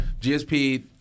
GSP